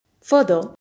Further